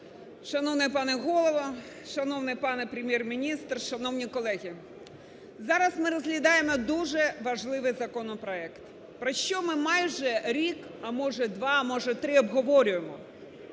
Шановний пане Голово! Шановний пане Прем'єр-міністре! Шановні колеги! Зараз ми розглядаємо дуже важливий законопроект, про що ми майже рік, а може два, а може три обговорюємо.